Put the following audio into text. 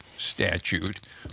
statute